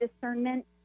discernment